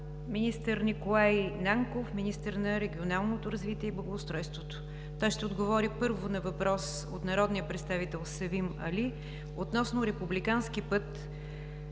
министър Николай Нанков – министър на регионалното развитие и благоустройството. Той ще отговори, първо, на въпрос от народния представител Севим Али относно Републикански път